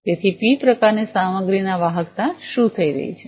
તેથી પી પ્રકારની સામગ્રીની વાહકતા શું થઈ રહી છે